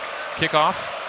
Kickoff